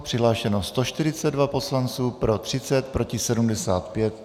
Přihlášeno 142 poslanců, pro 30, proti 75.